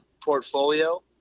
portfolio